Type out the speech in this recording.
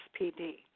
SPD